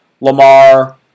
Lamar